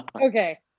Okay